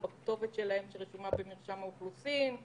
בכתובת שרשומה במרשם האוכלוסין,